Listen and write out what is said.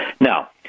Now